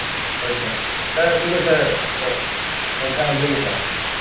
ꯍꯣꯏ sir sir ꯑꯗꯨꯒ sir ꯀꯩꯅꯣꯝꯇ ꯍꯥꯏꯖꯒꯦ ꯁꯥꯔ